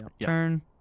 Turn